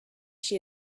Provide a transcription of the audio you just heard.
she